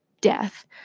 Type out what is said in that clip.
death